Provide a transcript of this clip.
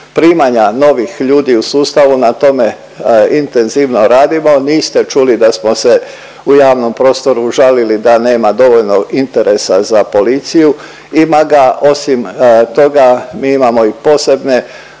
primanja novih ljudi u sustavu na tome intenzivno radimo. Niste čuli da smo se u javnom prostoru žalili da nema dovoljno interesa za policiju. Ima ga, osim toga mi imamo i posebne